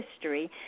history